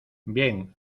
bien